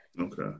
Okay